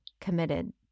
committed